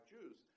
Jews